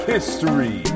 History